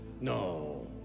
No